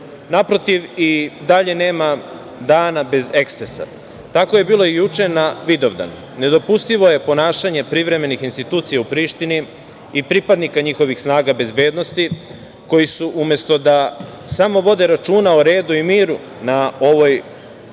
protiv, i dalje nema dana bez ekscesa. Tako je bilo i juče na Vidovdan. Nedopustivo je ponašanje privremenih institucija u Prištini i pripadnika njihovih snaga bezbednosti, koji su umesto da samo vode računa o redu i miru, na ovaj